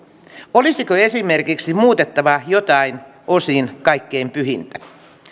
olisiko esimerkiksi muutettava joltain osin kaikkein pyhintä